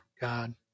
God